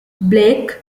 blake